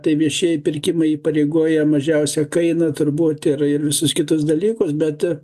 tai viešieji pirkimai įpareigoja mažiausią kainą turbūt ir ir visus kitus dalykus bet